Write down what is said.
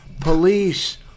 police